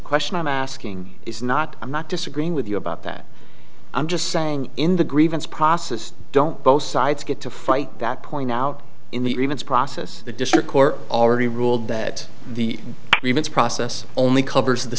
question i'm asking is not i'm not disagreeing with you about that i'm just saying in the grievance process don't both sides get to fight that point out in the process the district court already ruled that the events process only covers the